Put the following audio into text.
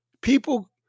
People